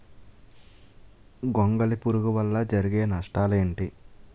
గొంగళి పురుగు వల్ల జరిగే నష్టాలేంటి?